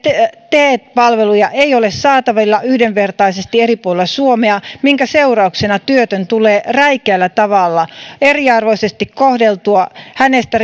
te palveluja ei ole saatavilla yhdenvertaisesti eri puolilla suomea minkä seurauksena työtön tulee räikeällä tavalla eriarvoisesti kohdeltua hänestä